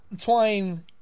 Twine